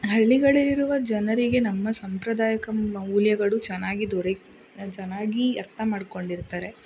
ಹಳ್ಳಿಗಳಲ್ಲಿರುವ ಜನರಿಗೆ ನಮ್ಮ ಸಾಂಪ್ರದಾಯಿಕ ಮೌಲ್ಯಗಳು ಚೆನ್ನಾಗಿ ದೊರೆ ಚೆನ್ನಾಗಿ ಅರ್ಥ ಮಾಡ್ಕೊಂಡಿರ್ತಾರೆ